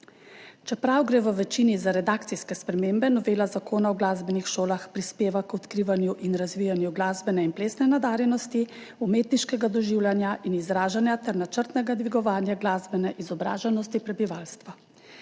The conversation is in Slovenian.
Čeprav gre po večini za redakcijske spremembe, novela Zakona o glasbenih šolah prispeva k odkrivanju in razvijanju glasbene in plesne nadarjenosti, umetniškega doživljanja in izražanja ter načrtnega dvigovanja glasbene izobraženosti prebivalstva.